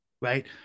right